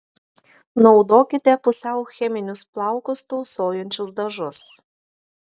naudokite pusiau cheminius plaukus tausojančius dažus